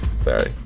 sorry